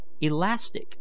elastic